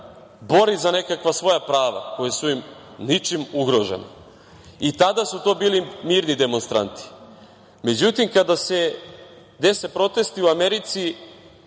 bori za nekakva svoja prava koja su im ničim ugrožena. Tada su to bili mirni demonstranti.Međutim, kada se dese protesti u Americi,